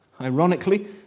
ironically